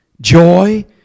joy